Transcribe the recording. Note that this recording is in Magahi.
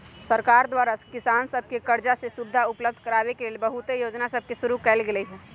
सरकार द्वारा सेहो किसान सभके करजा के सुभिधा उपलब्ध कराबे के लेल बहुते जोजना सभके शुरु कएल गेल हइ